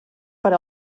per